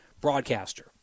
broadcaster